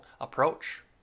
approach